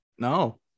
no